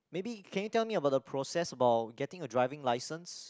maybe can you tell me about the process about getting a driving license